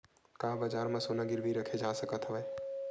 का बजार म सोना गिरवी रखे जा सकत हवय?